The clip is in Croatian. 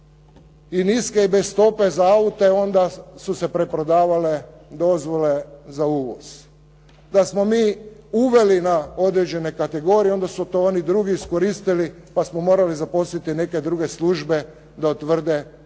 i niske i bez stope za aute, onda su se preprodavale dozvole za uvoz. Da smo mi uveli na određene kategorije onda su to oni drugi iskoristili pa smo morali zaposliti neke druge službe da utvrde tko